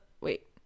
wait